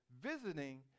visiting